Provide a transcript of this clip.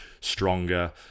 stronger